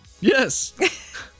Yes